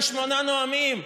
במדינה נורמלית,